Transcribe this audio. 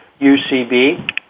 UCB